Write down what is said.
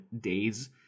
days